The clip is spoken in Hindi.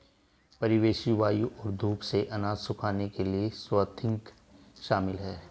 परिवेशी वायु और धूप से अनाज सुखाने के लिए स्वाथिंग शामिल है